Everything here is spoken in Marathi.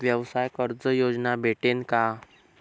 व्यवसाय कर्ज योजना भेटेन का?